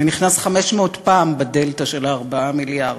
זה נכנס 500 פעם בדלתא של ה-4 מיליארד.